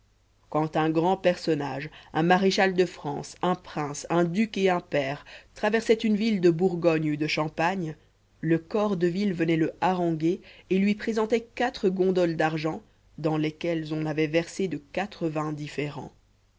quand un grand personnage un maréchal de france un prince un duc et pair traversait une ville de bourgogne ou de champagne le corps de ville venait le haranguer et lui présentait quatre gondoles d'argent dans lesquelles on avait versé de quatre vins différents